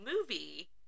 movie